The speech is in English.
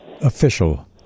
official